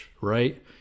right